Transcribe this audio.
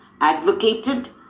advocated